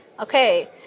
Okay